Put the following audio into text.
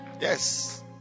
Yes